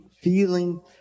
feeling